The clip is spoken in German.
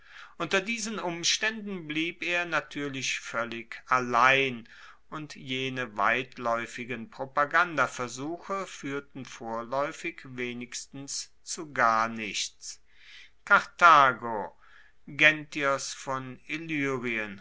unter diesen umstaenden blieb er natuerlich voellig allein und jene weitlaeufigen propagandaversuche fuehrten vorlaeufig wenigstens zu gar nichts karthago genthios von